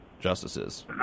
Justices